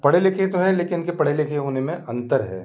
पढ़े लिखे तो हैं लेकिन उनके पढ़े लिखे होने में अंतर है